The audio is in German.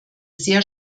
sehr